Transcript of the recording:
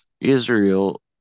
Israel